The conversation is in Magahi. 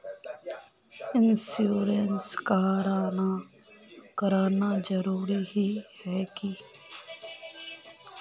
इंश्योरेंस कराना जरूरी ही है की?